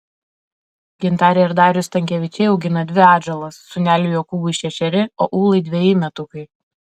gintarė ir darius stankevičiai augina dvi atžalas sūneliui jokūbui šešeri o ūlai dveji metukai